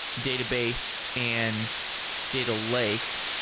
database and data lake,